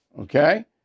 okay